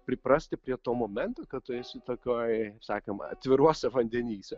priprasti prie to momento kad tu esi tokioj sakėm atviruose vandenyse